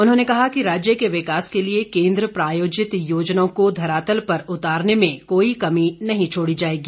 उन्होंने कहा कि राज्य के विकास के लिए केन्द्र प्रायोजित योजनाओं को धरातल पर उतारने में कोई कमी नहीं छोड़ी जाएगी